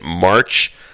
March